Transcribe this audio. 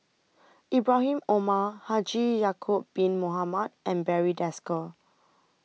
Ibrahim Omar Haji Ya'Acob Bin Mohamed and Barry Desker